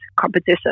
competition